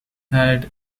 had